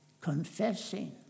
confessing